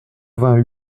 vingt